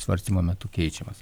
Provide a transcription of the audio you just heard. svarstymo metu keičiamas